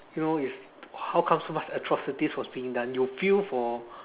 you know is how come so much atrocities was being done you will feel for